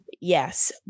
Yes